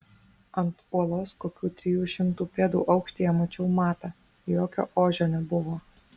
ant uolos kokių trijų šimtų pėdų aukštyje mačiau matą jokio ožio nebuvo